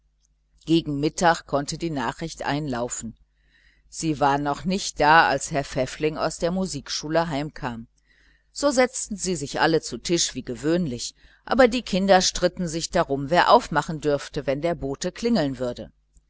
gegen mittag konnte das telegramm einlaufen es war noch nicht da als herr pfäffling aus der musikschule heimkam so setzten sie sich alle zu tisch wie gewöhnlich aber die kinder stritten sich darum wer aufmachen dürfte wenn der telegraphenbote klingeln würde